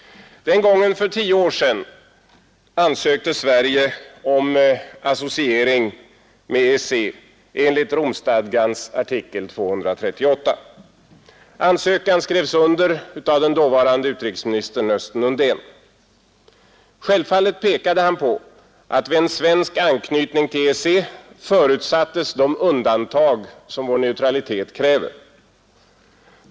Den gången för tio år sedan ansökte Sverige om associering med EEC enligt Romstadgans artikel 238. Ansökan skrevs under av den dåvarande utrikesministern Östen Undén. Självfallet pekade han på att vid en svensk anknytning till EEC förutsattes de undantag som vår neutralitet kräver.